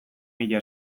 mila